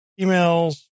emails